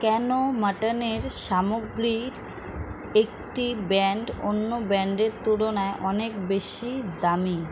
কেন মাটনের সামগ্রীর একটি ব্র্যান্ড অন্য ব্র্যান্ডের তুলনায় অনেক বেশি দামি